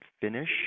finish